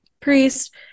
priest